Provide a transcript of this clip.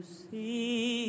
see